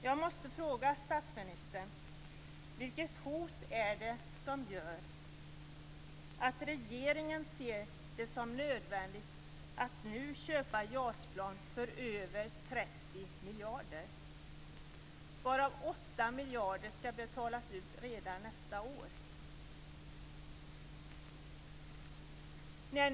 Jag måste fråga statsministern: Vilket hot är det som gör att regeringen ser det som nödvändigt att nu köpa JAS-plan för över 30 miljarder, varav 8 miljarder skall betalas ut redan nästa år?